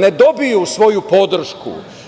ne dobiju svoju podršku. Razlika